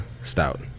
stout